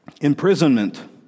imprisonment